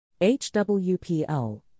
HWPL